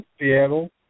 Seattle